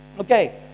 Okay